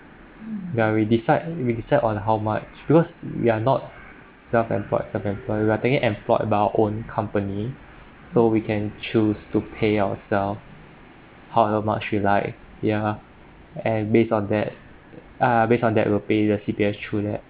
ya we decide we decide on how much because we are not self-employed the employer right we are thinking employed by our own company so we can choose to pay ourselves however much we like ya and based on that uh based on that we'll pay the C_P_F through that